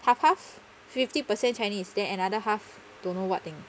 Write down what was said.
half half fifty percent chinese then another half don't know what thing